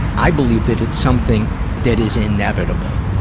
i believe that it's something that is inevitable,